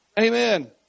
Amen